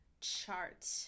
chart